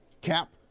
Cap